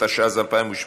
התשע"ז 2017,